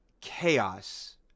chaos